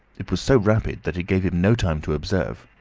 it was so rapid that it gave him no time to observe.